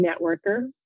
networker